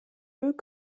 eux